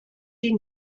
die